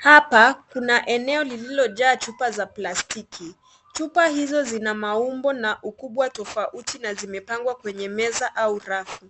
Hapa, kuna eneo lililojaa chupa za plasitki. Chupa hizo zina maumbo na ukubwa tofauti na zimepangwa kwenye meza au rafu.